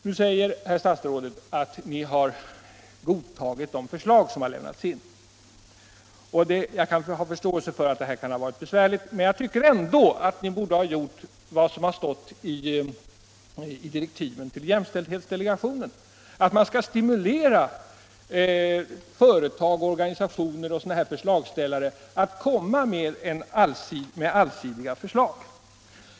Nu säger herr statsrådet att ni godtagit de förslag som lämnats in. Jag kan ha förståelse för att detta kan ha varit besvärligt, men jag tycker ändå att ni borde gjort vad som står i direktiven till jämställdhetsdelegationen, nämligen att man skall stimulera företag, organisationer och förslagsställare att komma med allsidiga förslag.